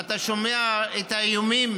ואתה שומע את האיומים